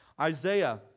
Isaiah